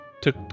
took